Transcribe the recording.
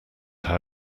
how